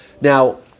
Now